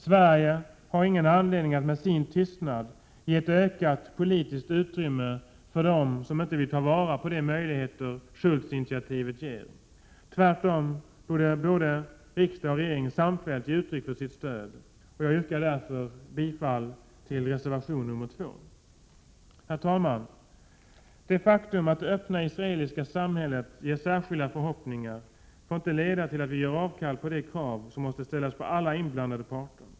Sverige har ingen anledning att med sin tystnad ge ett ökat politiskt utrymme för dem som inte vill ta vara på de möjligheter Shultz-initiativet ger. Tvärtom borde riksdag och regering samfällt ge uttryck för sitt stöd. Jag yrkar bifall till reservation nr 2. Herr talman! Det faktum att det öppna israeliska samhället ger särskilda förhoppningar får inte leda till att vi avstår från de krav som måste ställas på alla inblandade parter.